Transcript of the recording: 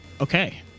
okay